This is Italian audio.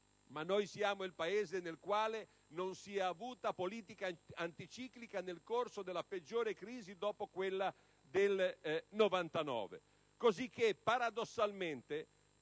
Ma noi siamo il Paese del quale non si è avuta politica anticiclica nel corso della peggiore crisi dopo quella del '29.